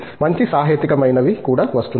మంచి సహేతుకమైనవి కూడా వస్తున్నాయి